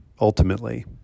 ultimately